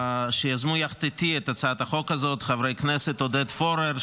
שיזמו יחד איתי את הצעת החוק הזאת: חבר הכנסת עודד פורר,